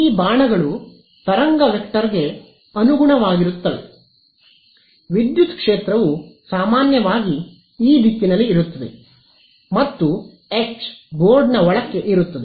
ಈ ಬಾಣಗಳು ತರಂಗ ವೆಕ್ಟರ್ಗೆ ಅನುಗುಣವಾಗಿರುತ್ತವೆ ವಿದ್ಯುತ್ ಕ್ಷೇತ್ರವು ಸಾಮಾನ್ಯವಾಗಿ ಈ ದಿಕ್ಕಿನಲ್ಲಿ ಇರುತ್ತದೆ ಮತ್ತು H ಬೋರ್ಡ್ ಒಳಕ್ಕೆ ಇರುತ್ತದೆ